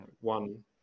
one